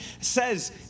says